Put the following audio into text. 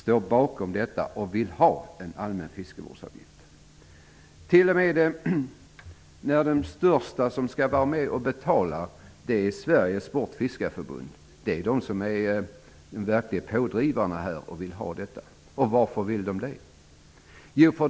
T.o.m. den största intressenten som skall vara med och betala, Sveriges sportfiskeförbund, är med och verkar pådrivande i frågan. Varför det?